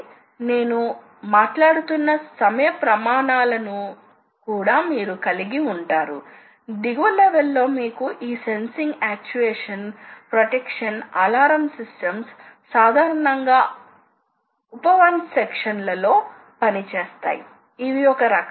కాబట్టి ఇది ప్రాథమికంగా ఆపరేటర్ల మాన్యువల్ చర్యల ను భర్తీ చేయడానికి ఉద్దేశించబడింది మరియు అందువల్ల యంత్రాల ఆపరేషన్కు అవసరమైన సూచనలు పార్ట్ ప్రోగ్రామ్ లు అని పిలువబడు ప్రోగ్రామ్ రూపం లో వ్రాయబడతాయి యంత్రాల ద్వారా వివరించబడిన మరియు అమలు చేయబడిన కార్యకలాపాల ను వివరిద్దాం కాబట్టి పార్ట్ ప్రోగ్రామ్లను ఉపయోగించి ఎలాంటి పనులు చేయవచ్చో కొద్దిసేపటి తరువాత చూస్తాము